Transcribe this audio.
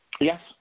Yes